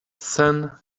sen